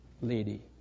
lady